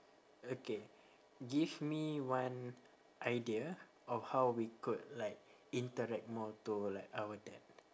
okay give me one idea of how we could like interact more to like our dad